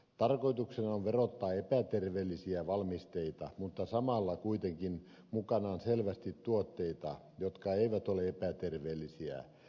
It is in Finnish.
tarkoituksena on verottaa epäterveellisiä valmisteita mutta samalla kuitenkin mukana on selvästi tuotteita jotka eivät ole epäterveellisiä